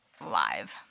live